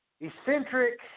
eccentric